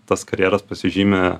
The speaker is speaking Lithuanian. tas karjeras pasižymi